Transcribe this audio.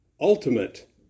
ultimate